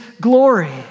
glory